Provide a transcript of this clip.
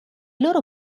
loro